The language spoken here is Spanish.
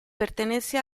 pertenece